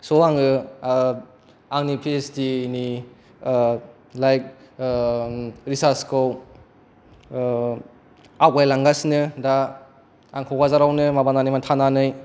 स' आङो आंनि फि ओइस डि नि लायक रिसार्स खौ आवगायलांगासिनो दा आं क'क्राझार आवनो थानानै